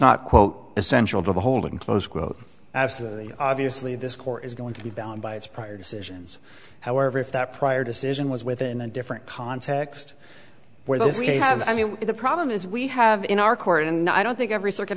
not quote essential to the holding close quote absolutely obviously this court is going to be bound by its prior decisions however if that prior decision was within a different context where this case i mean the problem is we have in our court and i don't think every circuit